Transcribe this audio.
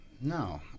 No